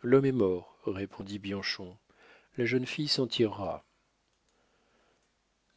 l'homme est mort répondit bianchon la jeune fille s'en tirera